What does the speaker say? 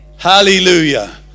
hallelujah